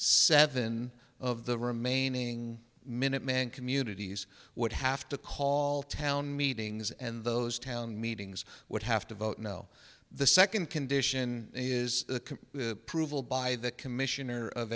seven of the remaining minuteman communities would have to call town meetings and those town meetings would have to vote no the second condition is provable by the commissioner of